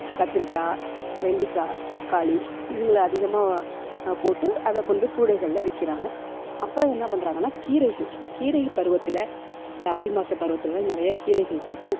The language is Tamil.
கத்திரிக்காய் வெண்டிக்காய் தக்காளி இதுங்களை அதிகமாக போட்டு அதை கொண்டு போய் கூடைகளில் விற்கிறாங்க அப்புறம் என்ன பண்ணுறாங்கன்னா கீரைகள் கீரை பருவத்தில் இந்த ஆடிமாத பருவத்திலலாம் நிறைய கீரைகள் போட்டு